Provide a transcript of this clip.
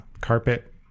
carpet